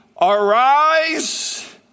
arise